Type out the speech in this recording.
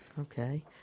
Okay